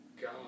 God